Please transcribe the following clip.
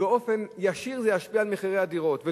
וזה ישפיע על מחירי הדירות באופן ישיר.